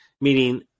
meaning